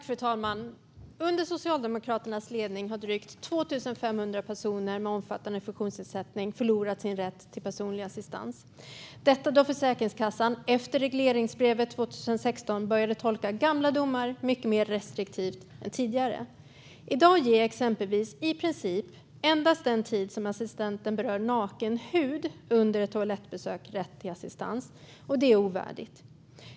Fru talman! Under Socialdemokraternas ledning har drygt 2 500 personer med omfattande funktionsnedsättning förlorat sin rätt till personlig assistans, detta då Försäkringskassan efter regleringsbrevet 2016 började tolka gamla domar mycket mer restriktivt än tidigare. I dag ger exempelvis i princip endast den tid som assistenten berör naken hud under ett toalettbesök rätt till assistans. Detta är ovärdigt.